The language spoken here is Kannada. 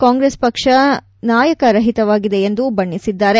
ಕಾಂಗೆಸ್ ನಾಯಕ ರಹಿತವಾಗಿದೆ ಎಂದು ಬಣ್ಣಿಸಿದ್ದಾರೆ